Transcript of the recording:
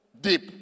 deep